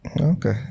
Okay